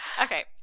Okay